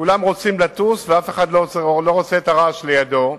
כולם רוצים לטוס, ואף אחד לא רוצה את הרעש לידו.